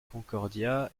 concordia